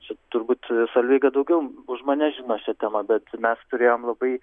čia turbūt solveiga daugiau už mane žino šia tema bet mes turėjom labai